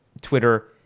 Twitter